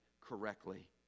correctly